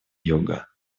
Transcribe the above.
юга